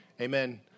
Amen